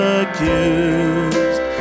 accused